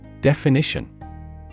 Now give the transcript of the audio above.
Definition